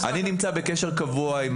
אני נמצא בקשר קבוע עם